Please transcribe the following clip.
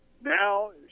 now